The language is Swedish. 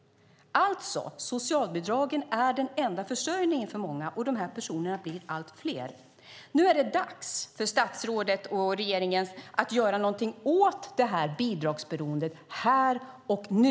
Alltså: Socialbidragen är den enda försörjningen för många, och de personerna blir allt fler. Nu är det dags för statsrådet och regeringen att göra någonting åt bidragsberoendet, här och nu.